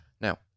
Now